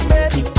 Baby